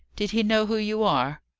did he know who you are?